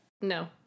No